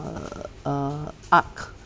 err uh art